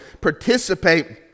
Participate